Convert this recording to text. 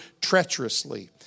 treacherously